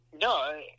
no